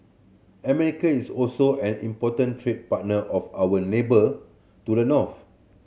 America is also an important trade partner of our neighbour to the north